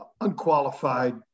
unqualified